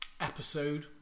episode